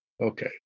Okay